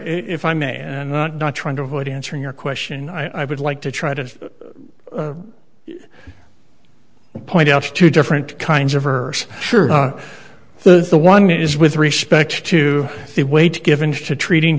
if i may not not trying to avoid answering your question i would like to try to do point out two different kinds of her sure the the one is with respect to the weight given to treating